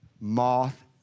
moth